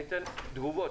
ניתן תגובות,